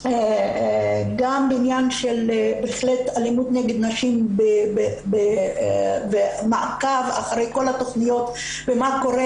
גם בעניין של אלימות נגד נשים ומעקב אחרי כל התכניות ומה קורה